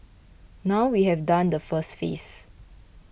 now we have done the first phase